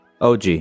OG